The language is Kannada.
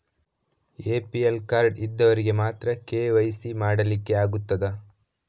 ಎ.ಪಿ.ಎಲ್ ಕಾರ್ಡ್ ಇದ್ದವರಿಗೆ ಮಾತ್ರ ಕೆ.ವೈ.ಸಿ ಮಾಡಲಿಕ್ಕೆ ಆಗುತ್ತದಾ?